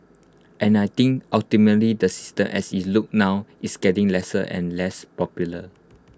and I think ultimately the system as IT looks now is getting less and less popular